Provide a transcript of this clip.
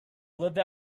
live